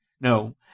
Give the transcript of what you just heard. No